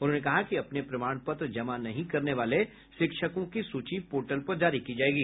उन्होंने कहा कि अपने प्रमाण पत्र जमा नहीं करने वाले शिक्षकों की सूची पोर्टल पर जारी की जायेगी